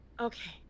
Okay